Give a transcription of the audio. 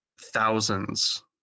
thousands